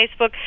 Facebook